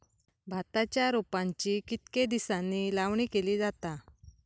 भाताच्या रोपांची कितके दिसांनी लावणी केली जाता?